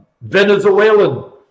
Venezuelan